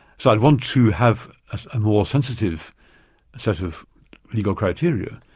so i'd want to have a more sensitive set of legal criteria.